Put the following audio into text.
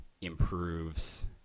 improves